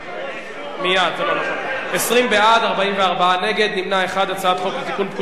להסיר מסדר-היום את הצעת חוק לתיקון פקודת